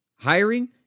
Hiring